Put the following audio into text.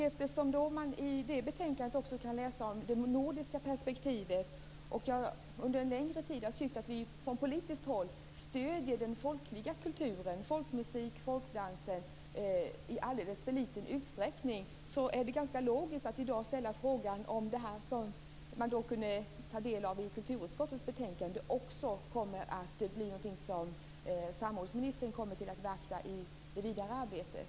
Eftersom man i det betänkandet också kan läsa om det nordiska perspektivet och jag under en längre tid tyckt att vi från politiskt håll stöder den folkliga kulturen - folkmusik och folkdans - i alldeles för liten utsträckning är det ganska logiskt att i dag ställa en fråga om det man kunde ta del av i kulturutskottets betänkande. Är detta något som samordningsministern kommer att beakta i det vidare arbetet?